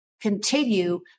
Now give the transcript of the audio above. continue